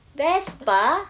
Vespa